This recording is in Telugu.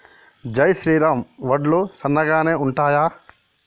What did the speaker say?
జై శ్రీరామ్ వడ్లు సన్నగనె ఉంటయా?